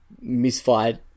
misfired